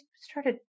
started